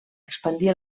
expandir